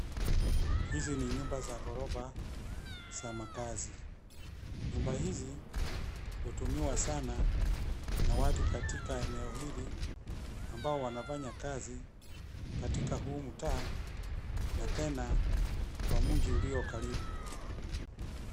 Hizi ni nyumba za ghorofa za makazi. Nyumba hizi hutumiwa sana na watu katika eneo hili ambao wanafanya kazi katika huu mtaa na tena kwa mji ulio karibu.